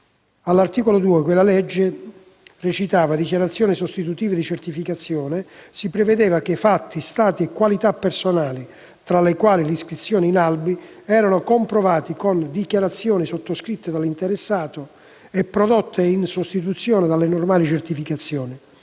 all'articolo 2 («Dichiarazioni sostitutive di certificazioni») si prevedeva che fatti, stati e qualità personali, tra i quali le iscrizioni in albi, erano comprovati con dichiarazioni sottoscritte dall'interessato e prodotte in sostituzione delle normali certificazioni.